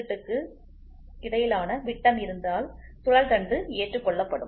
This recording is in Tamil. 98க்கும் இடையிலான விட்டம் இருந்தால் சுழல் தண்டு ஏற்றுக்கொள்ளப்படும்